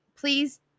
please